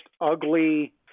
ugly